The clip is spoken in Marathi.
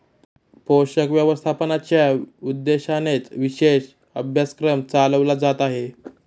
पोषक व्यवस्थापनाच्या उद्देशानेच विशेष अभ्यासक्रम चालवला जात आहे